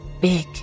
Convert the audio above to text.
big